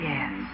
Yes